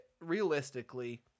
realistically